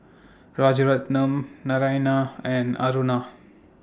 Rajaratnam Naraina and Aruna